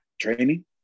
training